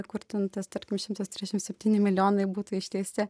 kur ten tas tarkim šimtas trisdešimt septyni milijonai būtų išteisti